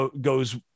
goes